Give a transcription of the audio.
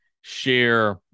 share